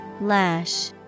Lash